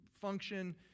function